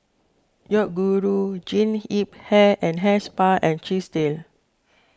Yoguru Jean Yip Hair and Hair Spa and Chesdale